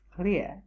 clear